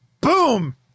boom